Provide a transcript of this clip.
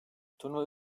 turnuva